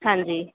ਹਾਂਜੀ